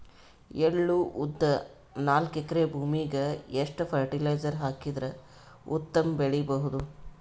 ಎಳ್ಳು, ಉದ್ದ ನಾಲ್ಕಎಕರೆ ಭೂಮಿಗ ಎಷ್ಟ ಫರಟಿಲೈಜರ ಹಾಕಿದರ ಉತ್ತಮ ಬೆಳಿ ಬಹುದು?